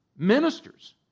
Ministers